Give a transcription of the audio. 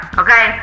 okay